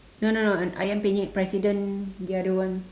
no no no ayam-penyet president the other one